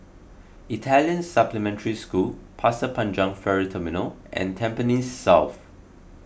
Italian Supplementary School Pasir Panjang Ferry Terminal and Tampines South